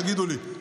תגידו לי.